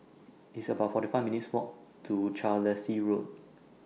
It's about forty five minutes' Walk to Carlisle Road